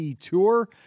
tour